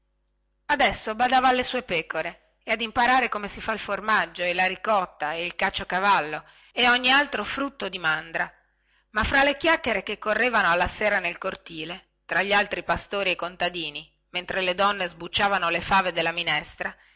adesso badava alle sue pecore e ad imparare come si fa il formaggio e la ricotta e il caciocavallo e ogni altro frutto di mandra ma fra le chiacchiere che si facevano alla sera nel cortile tra gli altri pastori e contadini mentre le donne sbucciavano le fave della minestra